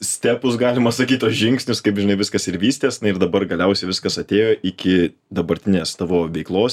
stepus galima sakyt tuos žingsnius kaip žinai viskas ir vystės na ir dabar galiausiai viskas atėjo iki dabartinės tavo veiklos